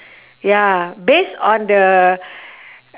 ya based on the